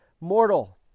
mortal